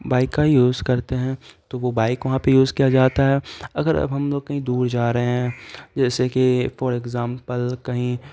bike کا ہی use کرتے ہیں تو وہ بائک وہاں پہ یوز کیا جاتا ہے اگر اب ہم لوگ کہیں دور جا رہے ہیں جیسے کہ فور اگزامپل کہیں